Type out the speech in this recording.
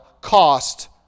cost